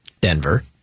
Denver